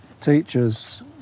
teachers